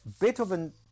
Beethoven